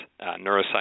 neuroscience